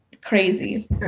Crazy